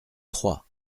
trois